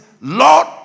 Lord